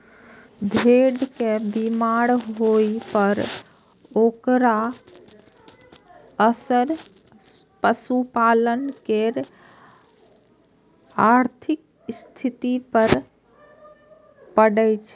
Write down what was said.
भेड़ के बीमार होइ पर ओकर असर पशुपालक केर आर्थिक स्थिति पर पड़ै छै